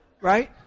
Right